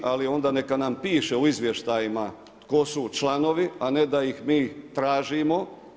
Ali onda neka nam piše u izvještajima tko su članovi, a ne da ih mi tražimo.